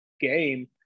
game